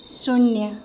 शून्य